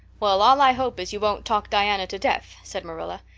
well, all i hope is you won't talk diana to death, said marilla.